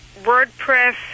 WordPress